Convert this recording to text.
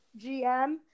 GM